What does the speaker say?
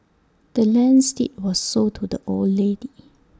the land's deed was sold to the old lady